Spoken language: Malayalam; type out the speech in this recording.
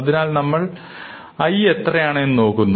അതിനാൽ നമ്മൾ i എത്രയാണ് എന്ന് നോക്കുന്നു